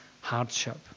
hardship